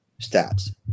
stats